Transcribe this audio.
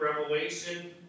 revelation